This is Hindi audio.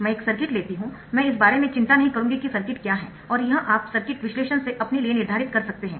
मै एक सर्किट लेती हु मैं इस बारे में चिंता नहीं करूंगी कि सर्किट क्या है और यह आप सर्किट विश्लेषण से अपने लिए निर्धारित कर सकते है